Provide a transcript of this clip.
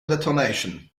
detonation